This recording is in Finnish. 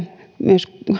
myös